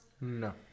No